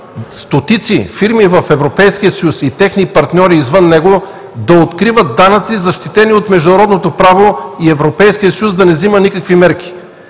стотици фирми в Европейския съюз и техни партньори извън него да укриват данъци, защитени от международното право и Европейският съюз да не взима никакви мерки.